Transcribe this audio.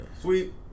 Sweet